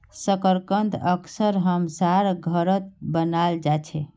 शकरकंद अक्सर हमसार घरत बनाल जा छे